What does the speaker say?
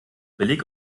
billig